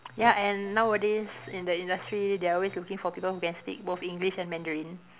ya and nowadays in the industry they are always looking for people who can speak both English and Mandarin